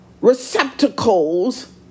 receptacles